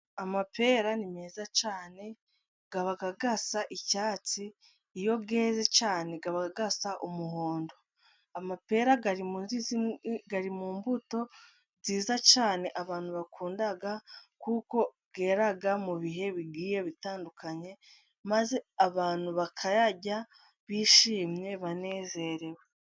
Amapera ni meza cyane, aba asa icyatsi, iyo yeze cyane asa umuhondo. Amapera ari mumbuto nziza cyane abantu bakunda, kuko yera mu bihe bigiye bitandukanye, maze abantu bakayarya bishimye banezerewe.